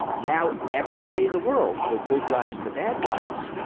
now everybody in the world, the good guys and the bad guys,